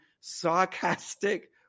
sarcastic